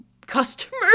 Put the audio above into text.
customer